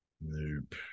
Nope